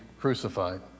crucified